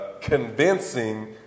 convincing